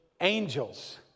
angels